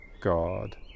God